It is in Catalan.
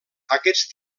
aquests